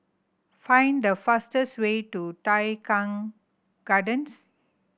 find the fastest way to Tai Keng Gardens